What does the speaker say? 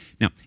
Now